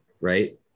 right